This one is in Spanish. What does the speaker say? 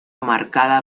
marcada